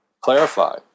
clarify